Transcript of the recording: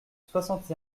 soixante